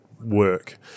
work